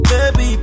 Baby